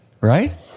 Right